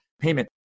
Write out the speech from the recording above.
payment